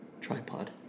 tripod